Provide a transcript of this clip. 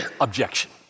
objection